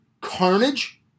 carnage